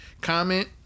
comment